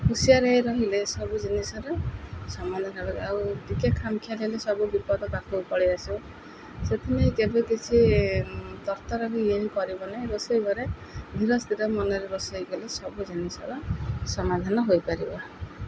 ହୁସିଆରେ ହେଇ ରହିଲେ ସବୁ ଜିନିଷର ସମାଧାନ ହେବ ଆଉ ଟିକେ ଖାମଖିଆଲ ହେଲେ ସବୁ ବିପଦ ପାଖକୁ ପଳେଇ ଆସିବ ସେଥିପାଇଁ କେବେ କିଛି ତରତର ବି ଇଏ ହଁ କରିବି ରୋଷେଇ ଘରେ ଧୀରସ୍ଥିର ମନରେ ରୋଷେଇ କଲେ ସବୁ ଜିନିଷର ସମାଧାନ ହୋଇପାରିବ